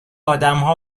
آدمها